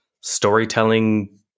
storytelling